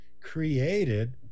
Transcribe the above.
created